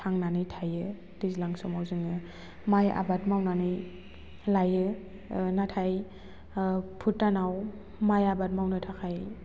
थांनानै थायो दैज्लां समाव जोङो माइ आबाद मावनानै लायो नाथाय भुटानाव माइ आबाद मावनो थाखाय